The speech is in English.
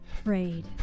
afraid